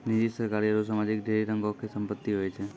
निजी, सरकारी आरु समाजिक ढेरी रंगो के संपत्ति होय छै